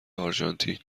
آرژانتین